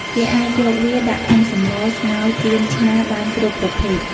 គេអាចយកវាដាក់ក្នុងសម្ល ស្ងោ ចៀន ឆា បានគ្រប់ប្រភេទ។